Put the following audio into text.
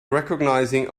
recognizing